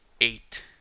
eight